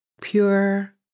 pure